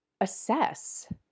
assess